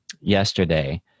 yesterday